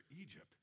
Egypt